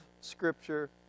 scripture